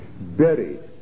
buried